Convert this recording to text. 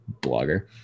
blogger